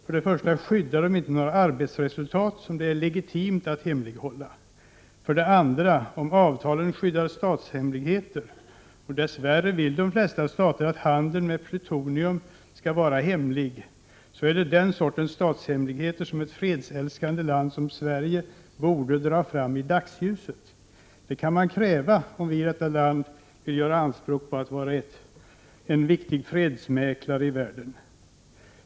För det första skyddar det inte några arbetsresultat som det är legitimt att hemlighålla. För det andra: om avtalet skyddar statshemligheter — och dess värre vill de flesta stater att handeln med plutonium skall vara hemlig — är det den sortens statshemligheter som ett fredsälskande land som Sverige borde dra fram i dagsljuset. Det kan man kräva, om vi vill göra anspråk på att vårt land skall vara en viktig fredsmäklare i världen.